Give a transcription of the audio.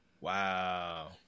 Wow